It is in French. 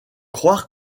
croire